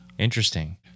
Interesting